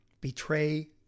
betray